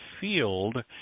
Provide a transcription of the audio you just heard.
field